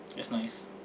that's nice